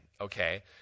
okay